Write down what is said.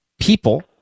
people